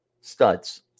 Studs